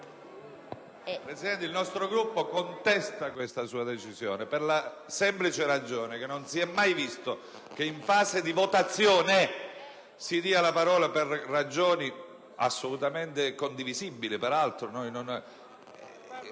Presidente, il nostro Gruppo contesta questa sua decisione per la semplice ragione che non si è mai visto che in fase di voto finale si dia la parola - seppure per ragioni assolutamente condivisibili